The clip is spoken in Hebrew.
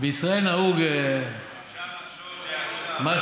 בישראל נהוג מס ערך מוסף,